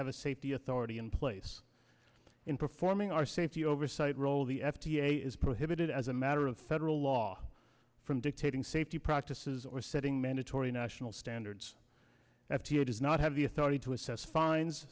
have a safety authority in place in performing our safety oversight role the f d a is prohibited as a matter of federal law from dictating safety practices or setting mandatory national standards f d a does not have the authority to assess fines